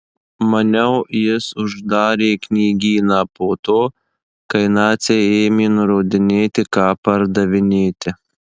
maniau jis uždarė knygyną po to kai naciai ėmė nurodinėti ką pardavinėti